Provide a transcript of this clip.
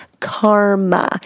karma